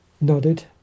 nodded